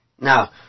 Now